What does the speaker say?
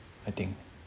I think